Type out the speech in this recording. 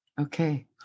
Okay